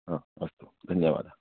अस्तु धन्यवादः